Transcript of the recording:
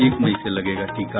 एक मई से लगेगा टीका